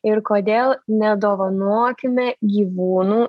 ir kodėl nedovanokime gyvūnų